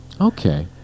Okay